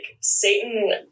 Satan